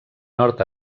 nord